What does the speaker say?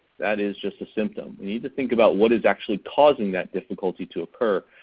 that is just a symptom. we need to think about what is actually causing that difficulty to occur.